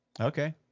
Okay